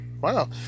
Wow